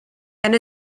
and